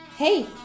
Hey